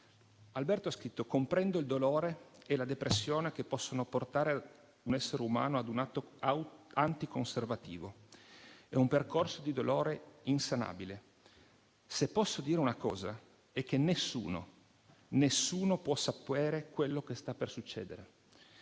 Alberto ha scritto: «Comprendo il dolore e la depressione che possono portare un essere umano ad un atto anticonservativo, è un percorso di dolore insanabile (...). Se posso dire una cosa è che nessuno, nessuno può sapere quello che accadrà,